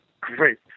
great